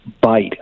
bite